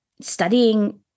studying